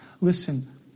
listen